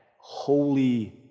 holy